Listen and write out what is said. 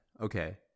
okay